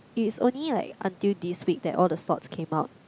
it's only like until this week that all the slots came out